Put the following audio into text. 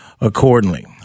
accordingly